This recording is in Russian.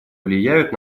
влияют